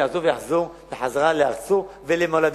יעזוב ויחזור לארצו ולמולדתו.